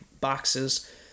boxes